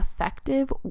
effective